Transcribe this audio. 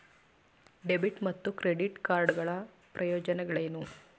Debit ಮತ್ತು credit card ಗಳ ಪ್ರಯೋಜನಗಳೇನು?